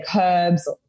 herbs